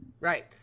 right